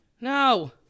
No